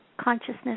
Consciousness